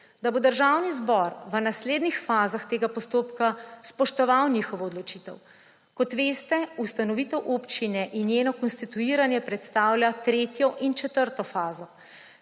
da bo Državni zbor v naslednjih fazah tega postopka spoštoval njihovo odločitev. Kot veste, ustanovitev občine in njeno konstituiranje predstavlja tretjo in četrto fazo,